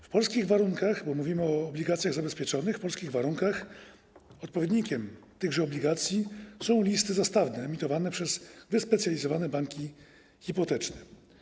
W polskich warunkach, bo mówimy o obligacjach zabezpieczonych, odpowiednikiem tychże obligacji są listy zastawne emitowane przez wyspecjalizowane banki hipoteczne.